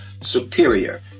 superior